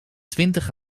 twintig